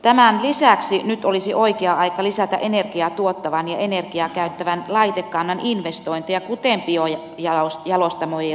tämän lisäksi nyt olisi oikea aika lisätä energiaa tuottavan ja energiaa käyttävän laitekannan investointeja kuten biojalostamoja ja tuulivoimaloita